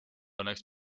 õnneks